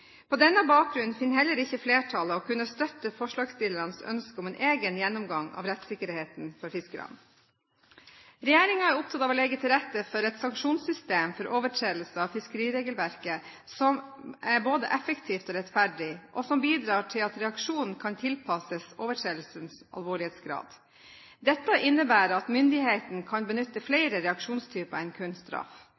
På denne bakgrunn finner heller ikke flertallet å kunne støtte forslagsstillernes ønske om en egen gjennomgang av rettssikkerheten for fiskerne. Komiteen er opptatt av å legge til rette for et sanksjonssystem for overtredelser av fiskeriregelverket som er både effektivt og rettferdig, og som bidrar til at reaksjonen kan tilpasses overtredelsens alvorlighetsgrad. Dette innebærer at myndighetene kan benytte